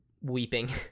weeping